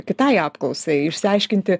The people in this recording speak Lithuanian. kitai apklausai išsiaiškinti